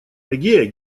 эге